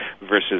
versus